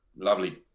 lovely